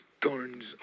turns